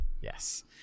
Yes